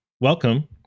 welcome